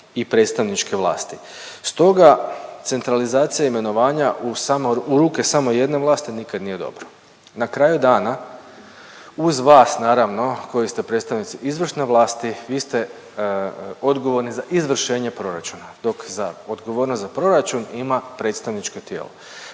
i predstavničke vlasti, stoga centralizacija imenovanja u samo, u ruke samo jedne vlasti nikad nije dobro. Na kraju dana, uz vas naravno, koji ste predstavnici izvršne vlasti, vi ste odgovorni za izvršenje proračuna, dok za odgovornost za proračun ima predstavničko tijelo.